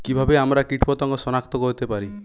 কিভাবে আমরা কীটপতঙ্গ সনাক্ত করতে পারি?